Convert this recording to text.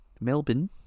Melbourne